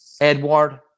Edward